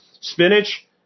spinach